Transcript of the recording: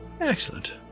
Excellent